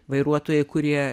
vairuotojai kurie